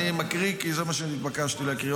אני מקריא כי זה מה שנתבקשתי להקריא.